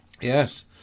yes